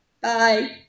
bye